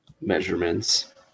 measurements